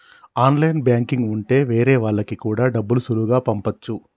online banking ఉంటె వేరే వాళ్ళకి కూడా డబ్బులు సులువుగా పంపచ్చు